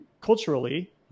culturally